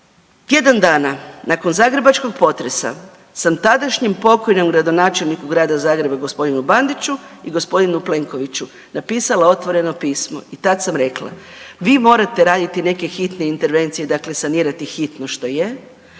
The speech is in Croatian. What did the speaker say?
tjedan dana nakon zagrebačkog potresa sam tadašnjem pokojnom gradonačelniku Grada Zagreba g. Bandiću i g. Plenkoviću napisala otvoreno pismo i tad sam rekla vi morate raditi neke hitne intervencije, dakle sanirati hitno što je,